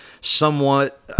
somewhat